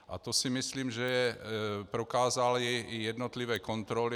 A to si myslím, že prokázaly i jednotlivé kontroly.